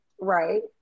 Right